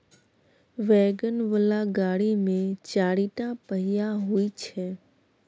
wagon बला गाड़ी मे चारिटा पहिया होइ छै